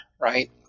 right